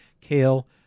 kale